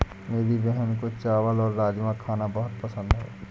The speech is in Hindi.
मेरी बहन को चावल और राजमा खाना बहुत पसंद है